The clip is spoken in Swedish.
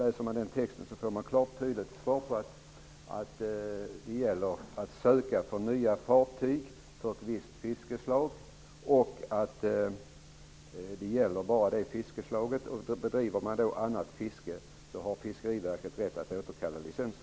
I den texten ges klart och tydligt besked om att det gäller att söka för nya fartyg, för ett visst fiskeslag, och att licensen gäller bara det fiskeslaget. Bedriver man annat fiske, har Fiskeriverket rätt att återkalla licensen.